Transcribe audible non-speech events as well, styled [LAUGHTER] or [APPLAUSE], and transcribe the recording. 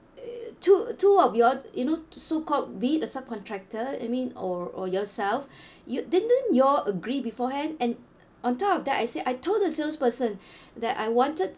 uh two two of you all you know so called be it a sub-contractor I mean or or yourself you didn't you all agree beforehand and on top of that I say I told the salesperson [BREATH] that I wanted